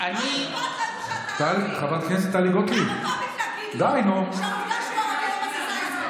תומך טרור, מה אכפת לנו שאתה ערבי?